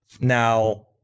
Now